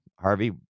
Harvey